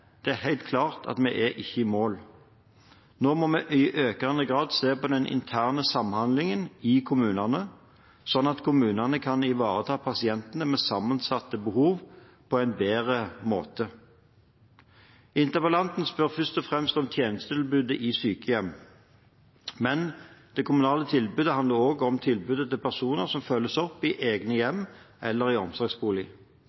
det er helt klart at vi ikke er i mål. Nå må vi i økende grad se på den interne samhandlingen i kommunene, sånn at kommunene kan ivareta pasientene med sammensatte behov på en bedre måte. Interpellanten spør først og fremst om tjenestetilbudet i sykehjem, men det kommunale tilbudet handler også om tilbudet til personer som følges opp i egne hjem eller i omsorgsbolig.